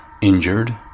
injured